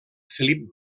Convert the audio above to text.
felip